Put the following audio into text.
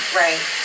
right